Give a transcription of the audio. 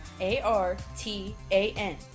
A-R-T-A-N